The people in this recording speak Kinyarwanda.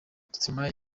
stromae